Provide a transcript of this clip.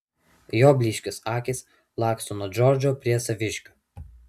jo blyškios akys laksto nuo džordžo prie saviškių